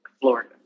Florida